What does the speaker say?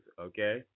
okay